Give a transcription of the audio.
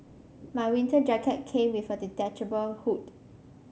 my winter jacket came with a detachable hood